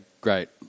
Great